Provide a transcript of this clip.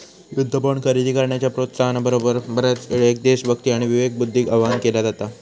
युद्ध बॉण्ड खरेदी करण्याच्या प्रोत्साहना बरोबर, बऱ्याचयेळेक देशभक्ती आणि विवेकबुद्धीक आवाहन केला जाता